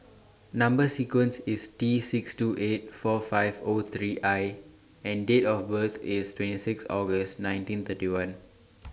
Number sequence IS T six two eight four five O three I and Date of birth IS twenty six August nineteen thirty one